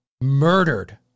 murdered